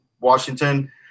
Washington